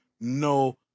no